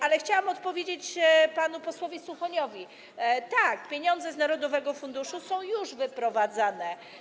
Ale chciałam odpowiedzieć panu posłowi Suchoniowi: Tak, pieniądze z narodowego funduszu są już wyprowadzane.